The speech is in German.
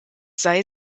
sei